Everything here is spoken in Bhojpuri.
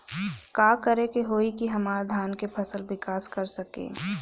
का करे होई की हमार धान के फसल विकास कर सके?